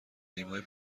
تیمهای